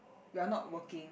we're not working